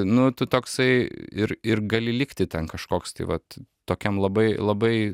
nu tu toksai ir ir gali likti ten kažkoks tai vat tokiam labai labai